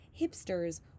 hipsters